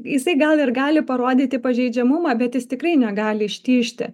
jisai gal ir gali parodyti pažeidžiamumą bet jis tikrai negali ištižti